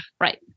Right